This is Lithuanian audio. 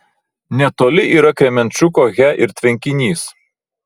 netoli yra kremenčuko he ir tvenkinys